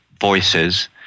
voices